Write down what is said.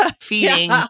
feeding